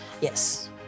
Yes